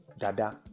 Dada